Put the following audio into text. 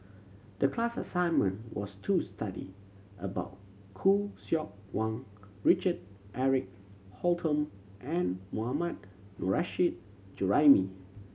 the class assignment was to study about Khoo Seok Wan Richard Eric Holttum and Mohammad Nurrasyid Juraimi